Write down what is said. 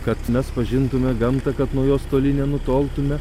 kad mes pažintume gamtą kad nuo jos toli nenutoltume